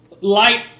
light